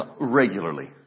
regularly